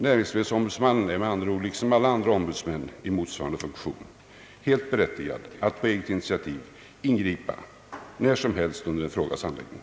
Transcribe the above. Näringsfrihetsombudsmannen är med andra ord, liksom alla andra ombudsmän i motsvarande funktion, helt berättigad att på eget initiativ ingripa när som helst under en frågas handläggning.